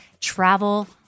travel